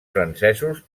francesos